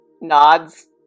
nods